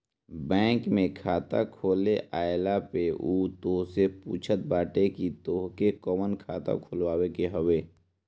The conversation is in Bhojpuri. बैंक में खाता खोले आए पअ उ तोहसे पूछत बाटे की तोहके कवन खाता खोलवावे के हवे